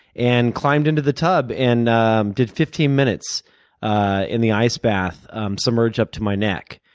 and climbed into the tub and did fifteen minutes ah in the ice bath submerged up to my neck,